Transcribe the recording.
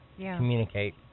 communicate